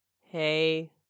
hey